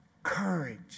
Courage